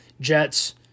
Jets